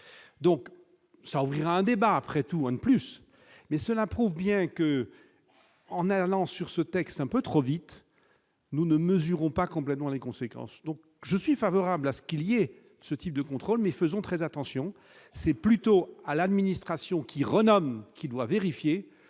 donc ça ouvrira un débat après tout, un de plus, mais cela prouve bien que, en allant sur ce texte, un peu trop vite nous ne mesurons pas complètement les conséquences donc je suis favorable à ce qu'il y ait ce type de contrôle mais faisons très attention, c'est plutôt à l'administration qui renomme qui doit vérifier